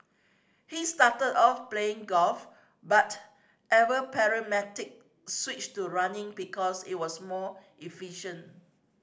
he started off playing golf but ever pragmatic switched to running because it was more efficient